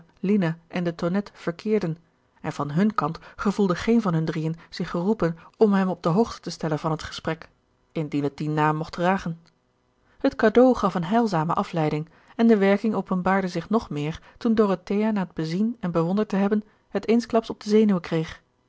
mevrouw de tonnette keerden en van hun kant gevoelde geen van hun drieën zich geroepen om hem op de hoogte te stellen van het gesprek indien het dien naam mocht dragen het cadeau gaf eene heilzame afleiding en de werking openbaarde zich nog meer toen dorothea na het bezien en bewonderd te hebben het eensklaps op de zenuwen kreeg